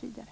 tidigare.